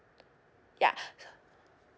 ya